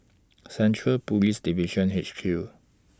Central Police Division H Q